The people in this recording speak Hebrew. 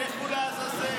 לכו לעזאזל.